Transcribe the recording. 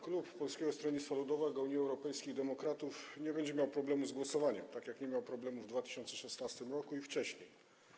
Klub Polskiego Stronnictwa Ludowego - Unii Europejskich Demokratów nie będzie miał problemu z głosowaniem, tak jak nie miał problemu w 2016 r. i wcześniej.